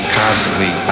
constantly